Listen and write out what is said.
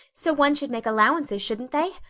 so one should make allowances, shouldn't they?